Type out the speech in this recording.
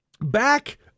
Back